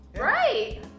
Right